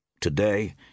Today